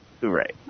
Right